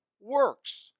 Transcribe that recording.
works